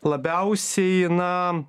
labiausiai na